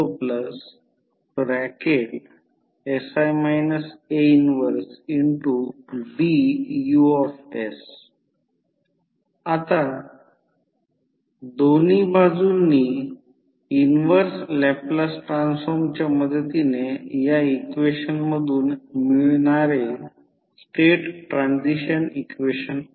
आपल्याला XssI A 1x0 1BUs आता दोन्ही बाजूंनी इन्व्हर्स लॅपलास ट्रान्सफॉर्मच्या मदतीने या इक्वेशन मधुन मिळणारे स्टेट ट्रान्सिशन इक्वेशन आहे